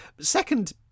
Second